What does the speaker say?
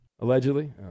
allegedly